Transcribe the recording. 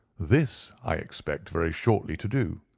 this i expect very shortly to do.